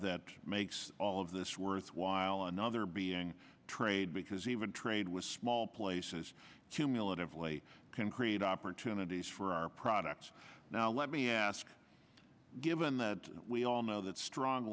that makes all of this worthwhile another being trade because even trade with small places cumulatively can create opportunities for our products now let me ask given that we all know that strong